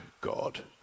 God